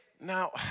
Now